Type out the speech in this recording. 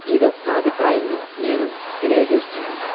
ఇదొక అభిప్రాయంగా నేను తెలియ చేస్తున్నాను